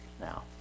now